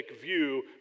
view